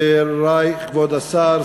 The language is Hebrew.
כבוד השר,